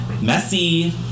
messy